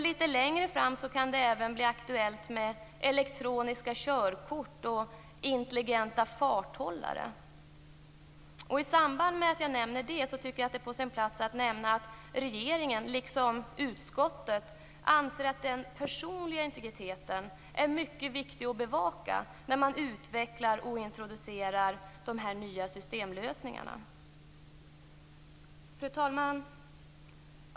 Litet längre fram kan det även bli aktuellt med elektroniska körkort och intelligenta farthållare. I samband med att jag nämner det tycker jag att det är på sin plats att nämna att regeringen liksom utskottet anser att den personliga integriteten är mycket viktig att bevaka när man utvecklar och introducerar de här nya systemlösningarna. Fru talman!